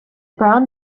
brown